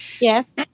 Yes